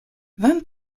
vingt